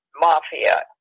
mafia